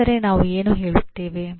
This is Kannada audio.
ಹಾಗಾದರೆ ನಾವು ಏನು ಹೇಳುತ್ತೇವೆ